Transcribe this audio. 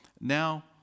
now